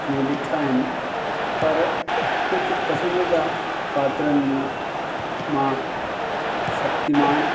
में ॾिठा आहिनि पर कुझु पसंदीदा पात्रनि में मां शक्तिमान